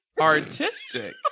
artistic